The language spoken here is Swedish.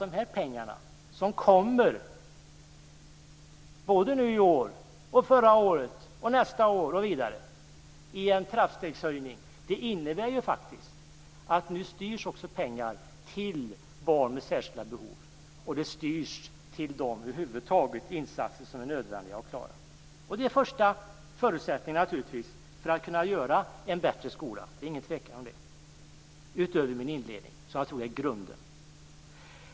De här pengarna som kommer - förra året, i år, nästa år osv. - i en trappstegshöjning innebär faktiskt att det nu styrs pengar till barn med särskilda behov. Över huvud taget styrs det pengar till de insatser som är nödvändiga att klara. Det är naturligtvis den första förutsättningen för att kunna göra en bättre skola. Det är ingen tvekan om det, även om det jag tog upp i min inledning är grunden.